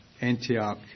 Antioch